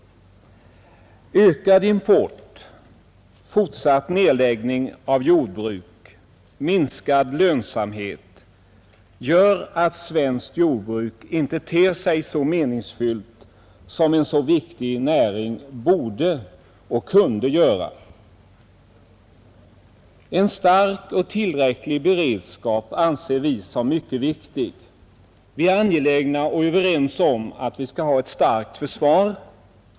Ökad import, fortsatt nedläggning av jordbruk och minskad lönsamhet gör att svenskt jordbruk inte ter sig så meningsfyllt som en så viktig näring borde och kunde göra. En stark och tillräcklig beredskap anser vi vara mycket viktig. Vi är angelägna och överens om att vi skall ha ett starkt försvar.